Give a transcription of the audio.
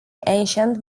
ancient